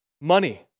Money